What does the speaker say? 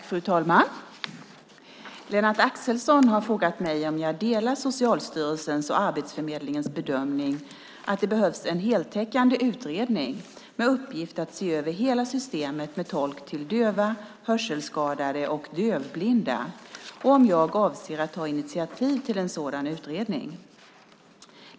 Fru talman! Lennart Axelsson har frågat mig om jag delar Socialstyrelsens och Arbetsförmedlingens bedömning att det behövs en heltäckande utredning med uppgift att se över hela systemet med tolk till döva, hörselskadade och dövblinda och om jag avser att ta initiativ till en sådan utredning.